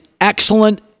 excellent